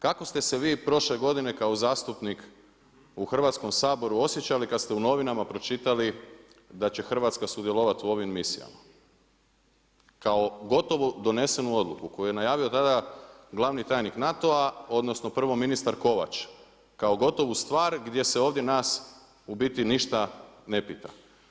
Kako ste se vi prošle godine kao zastupnik u Hrvatskom saboru osjećali kada ste u novinama pročitali da će Hrvatska sudjelovati u ovim misijama, kao gotovo donesenu odluku koji je najavio tada glavni tajnik NATO-a odnosno prvo ministar Kovač, kao gotovu stvar gdje se ovdje nas u biti ništa ne pita.